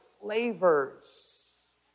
flavors